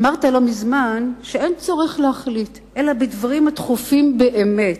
אמרת לא מזמן שאין צורך להחליט אלא בדברים הדחופים באמת.